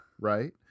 Right